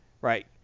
Right